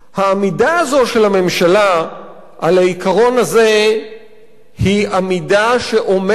העמידה הזאת של הממשלה על העיקרון הזה היא עמידה שעומדת